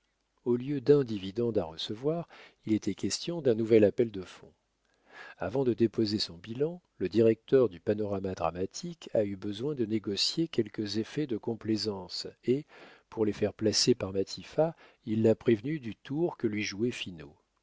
au lieu d'un dividende à recevoir il était question d'un nouvel appel de fonds avant de déposer son bilan le directeur du panorama dramatique a eu besoin de négocier quelques effets de complaisance et pour les faire placer par matifat il l'a prévenu du tour que lui jouait finot